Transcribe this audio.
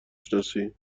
شناسی